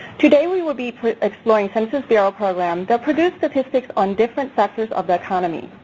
today we will be exploring census bureau programs that produce statistics on different sectors of the economy.